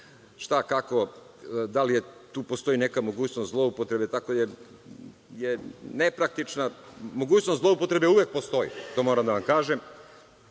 šta, kako, da li tu postoji neka mogućnost zloupotrebe je nepraktična. Mogućnost zloupotrebe uvek postoji, to moram da vam kažem,